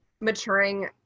maturing